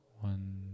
one